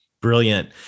Brilliant